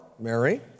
Mary